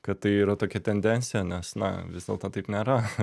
kad tai yra tokia tendencija nes na vis dėlto taip nėra